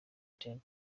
temple